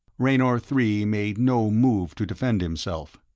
raynor three made no move to defend himself.